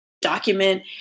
Document